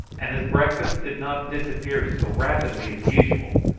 and his breakfast did not disappear so rapidly as usual,